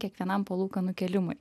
kiekvienam palūkanų kėlimui